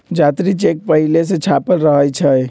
जात्री चेक पहिले से छापल रहै छइ